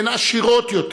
הן עשירות יותר,